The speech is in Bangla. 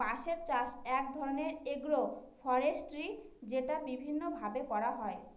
বাঁশের চাষ এক ধরনের এগ্রো ফরেষ্ট্রী যেটা বিভিন্ন ভাবে করা হয়